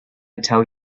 tell